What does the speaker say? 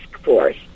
force